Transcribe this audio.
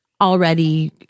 already